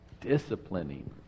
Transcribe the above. disciplining